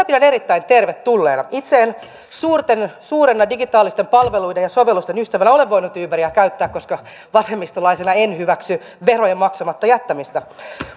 pidän tervetulleena itse en suurena digitaalisten palveluiden ja sovellusten ystävänä ole voinut uberia käyttää koska vasemmistolaisena en hyväksy verojen maksamatta jättämistä